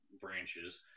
branches